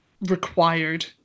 required